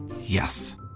Yes